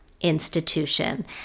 institution